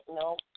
nope